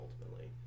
ultimately